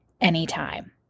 anytime